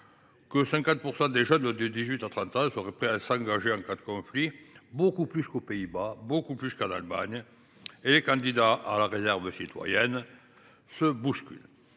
que 50 % des jeunes de 18 à 30 ans seraient prêts à s’engager en cas de conflit – beaucoup plus qu’aux Pays Bas ou en Allemagne – et que les candidats à la réserve citoyenne se bousculent.